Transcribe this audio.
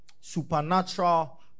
supernatural